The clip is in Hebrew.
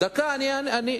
עולם דימויים קפיטליסטי לגמרי,